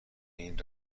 این